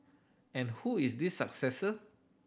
and who is this successor